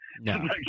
No